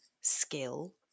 skill